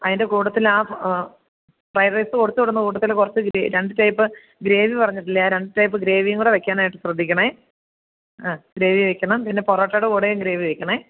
അതിൻ്റെ കൂട്ടത്തിൽ ആ ഫ്രൈഡ്രൈസ് കൊടുത്ത് വിടുന്ന കൂട്ടത്തിൽ കുറച്ചു രണ്ട് ടൈപ്പ് ഗ്രേവി പറഞ്ഞിട്ടില്ലേ ആ രണ്ട് ടൈപ്പ് ഗ്രേവിയും കൂടെ വയ്ക്കാനായിട്ട് ശ്രദ്ധിക്കണേ ആ ഗ്രേവി വയ്ക്കണം പിന്നെ പൊറൊട്ടയുടെ കൂടെയും ഗ്രേവി വയ്ക്കണം